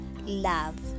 love